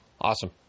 awesome